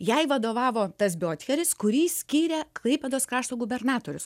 jai vadovavo tas biotcheris kurį skyrė klaipėdos krašto gubernatorius